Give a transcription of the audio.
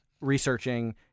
researching